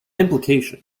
implication